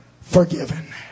forgiven